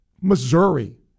Missouri